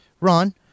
Ron